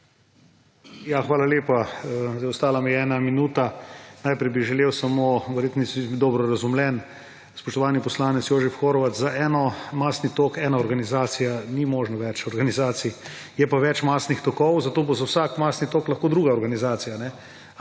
Hvala lepa. Ostala mi je ena minuta. Najprej bi želel samo povedati, da verjetno nisem bil dobro razumljen. Spoštovani poslanec Jožef Horvat, za en masni tok ena organizacija, ni možno več organizacij. Je pa več masnih tokov, zato bo za vsak masni tok lahko druga organizacija.